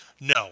No